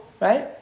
right